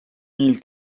mille